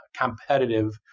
competitive